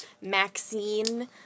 Maxine